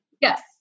Yes